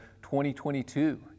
2022